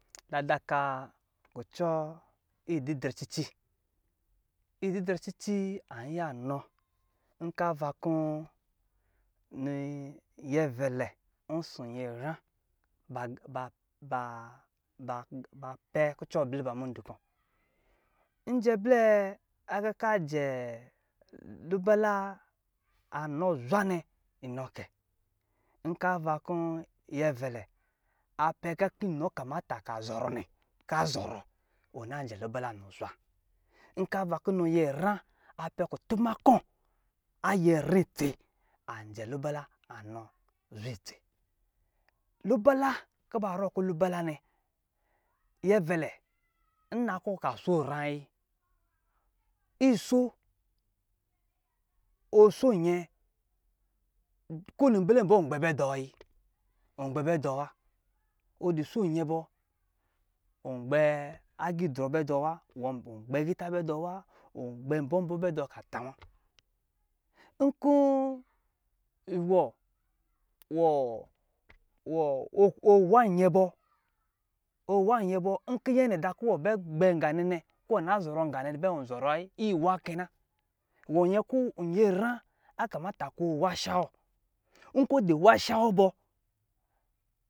Ladaka kucɔ ididrɛ cici ididrɛ cici ayiy anɔ nkɔ ava-va kɔ nyɛ vɛlɛ ɔsɔ nyɛra bapɛ kucɔ bliba mudu kɔ njɛ blɛ aga ka jɛ lub ala anɔ zwa nɛ inɔ kɛ nka ava kɔ aka mata ka zɔrɔ ka zɔrɔ anjɛ lubala nɔ zwa nkɔ ava kɔ nɔ nyɛra apɛ kutuma kɔ itsl anjɛ lubala zwa itsi lubala kɔ barɔ kɔ lubala nɛ nyɛvɛlɛ nna kɔ ka so nrayi iso ɔso nyɛ kowini ibɛlɛ bɔn ɔgbɛ bɛ dɔ ayi ɔgbɛ bɛ dɔ wa ɔngbɛ agidrɔ bɛ dɔ wa ka ayita bɛ dɔ wa kɔ iwɔ wɔ wa nyɛ bɔ nkɔ anata kɔ gbɛ nganɛ bɛ di wɔ zɔrɔ wayi inwa kɛna nyɛra akamata kɔwɔwa shawɔ nkɔ wɔ dɔ wa sha bwɔ bɔ